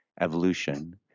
evolution